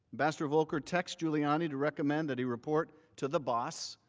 ambassador volker texts giuliani to recommend that he report to the boss,